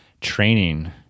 training